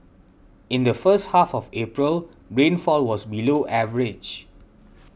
in the first half of April rainfall was below average